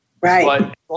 Right